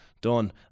done